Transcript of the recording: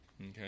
Okay